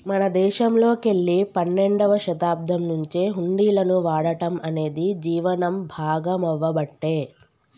మన దేశంలోకెల్లి పన్నెండవ శతాబ్దం నుంచే హుండీలను వాడటం అనేది జీవనం భాగామవ్వబట్టే